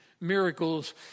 miracles